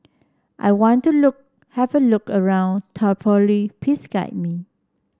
I want to look have a look around Tripoli please guide me